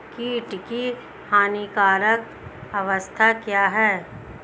कीट की हानिकारक अवस्था क्या है?